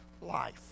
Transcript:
life